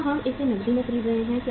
क्या हम इसे नकदी पर खरीद रहे हैं